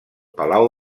palau